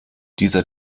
dieser